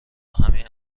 همین